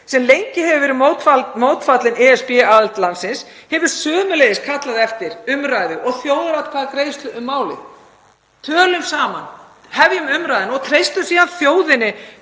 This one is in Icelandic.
sem lengi hefur verið mótfallinn ESB-aðild landsins en hefur sömuleiðis kallað eftir umræðu og þjóðaratkvæðagreiðslu um málið. Tölum saman, hefjum umræðuna og treystum síðan þjóðinni